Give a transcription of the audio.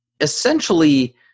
essentially